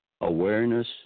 awareness